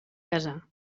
casar